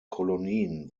kolonien